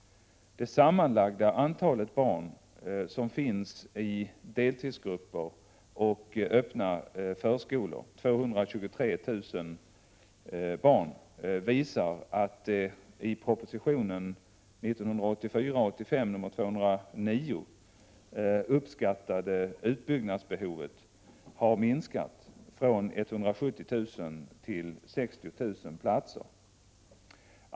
Det sammanlagda antalet barn som finns i deltidsgrupper och öppna förskolor — 223 000 — visar att det i proposition 1984/85:209 uppskattade utbyggnadsbehovet har minskat från 170 000 till 60 000 platser.